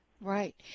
right